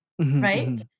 Right